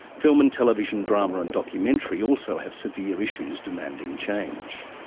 film and television drama and documentary also have severe issues demanding change.